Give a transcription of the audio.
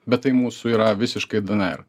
bet tai mūsų yra visiškai dnr